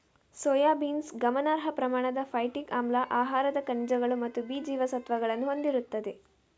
soybeans ಗಮನಾರ್ಹ ಪ್ರಮಾಣದ phytic ಆಮ್ಲ, ಆಹಾರದ ಖನಿಜಗಳು ಮತ್ತು ಬಿ ಜೀವಸತ್ವಗಳನ್ನು ಹೊಂದಿರುತ್ತದೆ